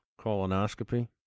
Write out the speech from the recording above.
colonoscopy